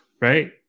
right